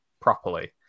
properly